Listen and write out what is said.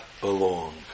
belong